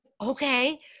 okay